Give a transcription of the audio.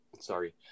sorry